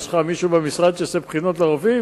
יש לך מישהו במשרד שעושה בחינות לרופאים?